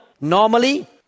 normally